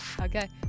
Okay